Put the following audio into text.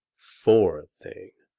for a thing.